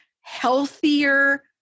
healthier